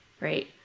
right